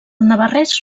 navarrès